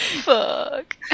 Fuck